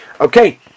Okay